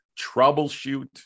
troubleshoot